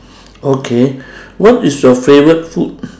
okay what is your favourite food